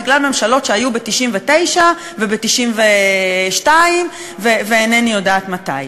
בגלל ממשלות שהיו ב-1999 וב-1992 ואינני יודעת מתי.